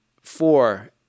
four